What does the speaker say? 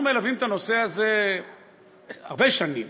אנחנו מלווים את הנושא הזה הרבה שנים,